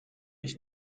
ich